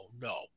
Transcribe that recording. no